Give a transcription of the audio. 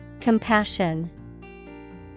Compassion